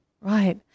Right